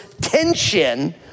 tension